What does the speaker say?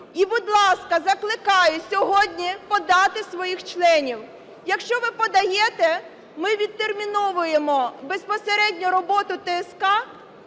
І, будь ласка, закликаю сьогодні подати своїх членів. Якщо ви подаєте, ми відтерміновуємо безпосередньо роботу ТСК